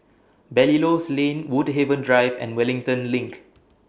Belilios Lane Woodhaven Drive and Wellington LINK